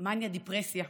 מניה-דפרסיה,